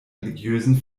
religiösen